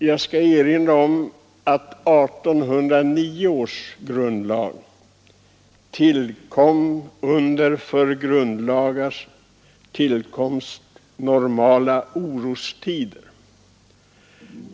Jag vill erinra om att 1809 års regeringsform tillkom under för grundlagar normala orostider.